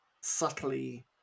subtly